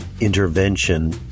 intervention